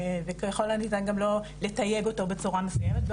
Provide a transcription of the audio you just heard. וככל הניתן גם לא לתייג אותו בצורה מסוימת,